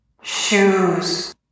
Shoes